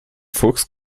fuchs